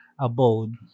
abode